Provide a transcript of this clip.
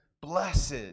Blessed